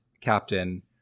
captain